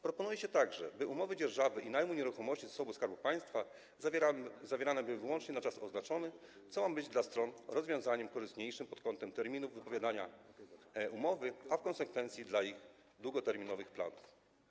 Proponuje się także, by umowy dzierżawy i najmu nieruchomości zasobu Skarbu Państwa zawierane były wyłącznie na czas oznaczony, co ma być dla stron rozwiązaniem korzystniejszym pod względem terminów wypowiedzenia umowy, a w konsekwencji dla ich długoterminowych planów.